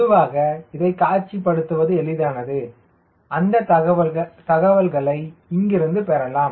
பொதுவாக இதைக் காட்சிப்படுத்துவது எளிதானது அந்த தகவல்களை இங்கிருந்து பெறலாம்